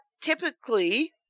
typically